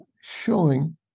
showing